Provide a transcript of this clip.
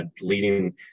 leading